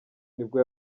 nibwo